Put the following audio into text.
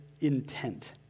Intent